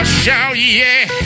shout-yeah